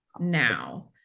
Now